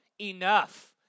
enough